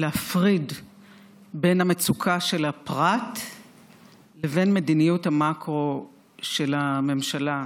להפריד בין המצוקה של הפרט לבין מדיניות המקרו של הממשלה,